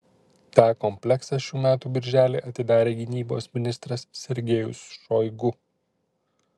tą kompleksą šių metų birželį atidarė gynybos ministras sergejus šoigu